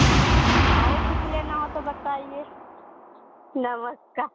और कुछ लेना हो तो बताइये नमस्कार